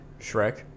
Shrek